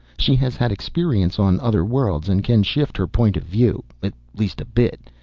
she has had experience on other worlds and can shift her point of view at least a bit.